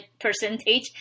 percentage